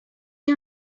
you